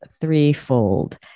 threefold